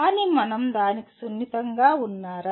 కానీ మనం దానికి సున్నితంగా ఉన్నారా